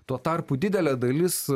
tuo tarpu didelė dalis